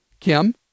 Kim